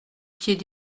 pied